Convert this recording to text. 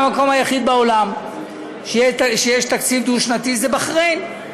המקום היחיד בעולם שיש שם תקציב דו-שנתי זה בחריין,